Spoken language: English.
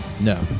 No